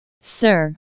Sir